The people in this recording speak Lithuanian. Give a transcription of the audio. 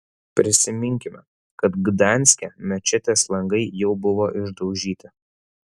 prisiminkime kad gdanske mečetės langai jau buvo išdaužyti